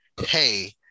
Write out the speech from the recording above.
Hey